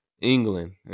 England